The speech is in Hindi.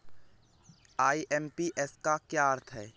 आई.एम.पी.एस का क्या अर्थ है?